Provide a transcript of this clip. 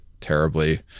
terribly